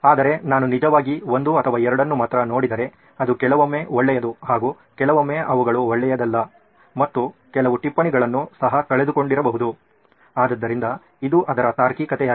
ಆದರೆ ನಾನು ನಿಜವಾಗಿ ಒಂದು ಅಥವಾ ಎರಡನ್ನು ಮಾತ್ರ ನೋಡಿದರೆ ಅದು ಕೆಲವೊಮ್ಮೆ ಒಳ್ಳೆಯದು ಹಾಗೂ ಕೆಲವೊಮ್ಮೆ ಅವುಗಳು ಒಳ್ಳೆಯದಲ್ಲ ಮತ್ತು ಕೆಲವು ಟಿಪ್ಪಣಿಗಳನ್ನು ಸಹ ಕಳೆದುಕೊಂಡಿರಬಹುದು ಆದ್ದರಿಂದ ಇದು ಇದರ ತಾರ್ಕಿಕತೆಯಾಗಿದೆ